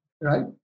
Right